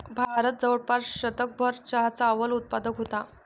भारत जवळपास शतकभर चहाचा अव्वल उत्पादक होता